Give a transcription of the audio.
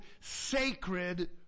sacred